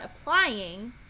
applying